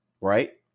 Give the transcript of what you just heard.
right